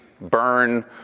burn